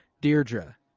Deirdre